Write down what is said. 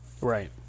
Right